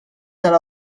tal